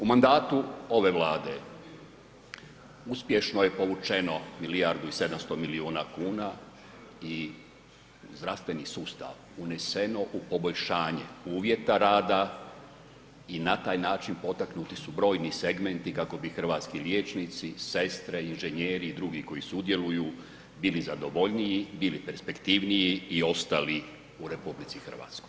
U mandatu ove Vlade uspješno je povućeno milijardu i 700 milijuna kuna i u zdravstveni sustav uneseno u poboljšanje uvjeta rada i na taj način potaknuti su brojni segmenti kako bi hrvatski liječnici, sestre, inženjeri i drugi koji sudjeluju bili zadovoljniji, bili perspektivniji i ostali u RH.